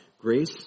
grace